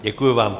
Děkuji vám.